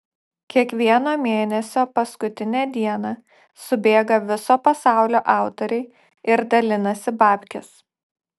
kiekvieno mėnesio paskutinę dieną subėga viso pasaulio autoriai ir dalinasi babkes